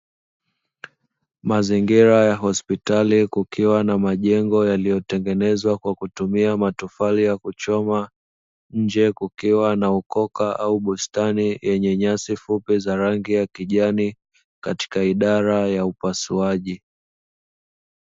Mazingira ya hospitali kukiwa na majengo yaliyotengenezwa kwa kutumia matofali ya kuchoma. Nje kukiwa na ukoka au bustani yenye nyasi fupi za rangi ya kijani katika idara ya upasuaji.